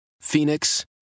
Phoenix